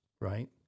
right